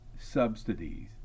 subsidies